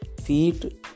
feet